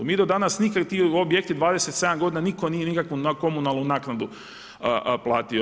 Mi do danas nikad, ti objekti 27 godina nitko nije nikakvu komunalnu platio.